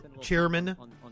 Chairman